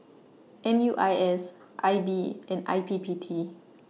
M U I S I B and I P P T